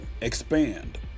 expand